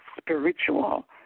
spiritual